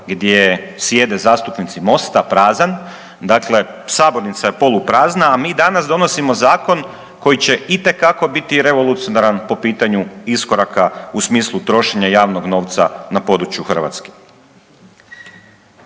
gdje sjede zastupnici Mosta prazan, dakle sabornica je danas poluprazna, a mi danas donosimo zakon koji će itekako biti revolucionaran po pitanju iskoraka u smislu trošenja javnog novca na području Hrvatske.